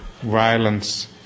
violence